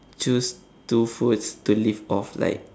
choose two foods to live off like